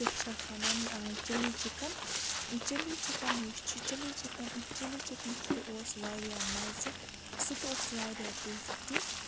کیاہ چھِ اتھ وَنان چِلی چِکَن چِلی چِکَن یُس چھُ چِلی چِکَن چِلی چِکنَس تہِ اوس واریاہ مَزٕ سُہ تہِ اوس واریاہ ٹیسٹی